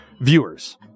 viewers